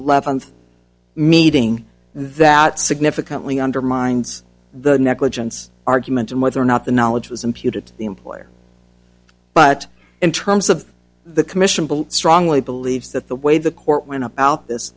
eleventh meeting that significantly undermines the negligence argument and whether or not the knowledge was imputed to the employer but in terms of the commission bill strongly believes that the way the court went up out this